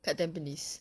dekat tampines